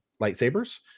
lightsabers